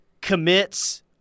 commits